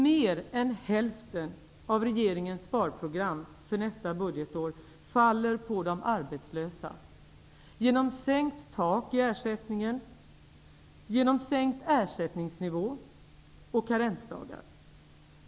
Mer än hälften av regeringens sparprogram för nästa budgetår faller på de arbetslösa genom sänkt tak i försäkringen, genom sänkt ersättningsnivå och genom karensdagar.